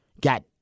got